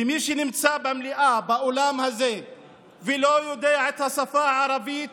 ומי שנמצא במליאה באולם הזה ולא יודע את השפה הערבית